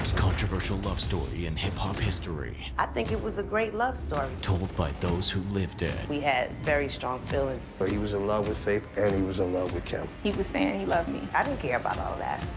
controversial love story in hip hop history. i think it was a great love story. told by those who lived it. we had very strong feelings. but he was in love with faith and he was in love with kim. he was saying he loved me. i didn't care about all that.